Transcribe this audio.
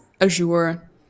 Azure